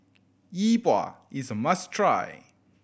Yi Bua is a must try